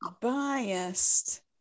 Biased